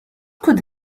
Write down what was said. could